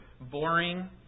boring